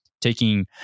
taking